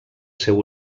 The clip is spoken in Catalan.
seu